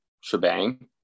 shebang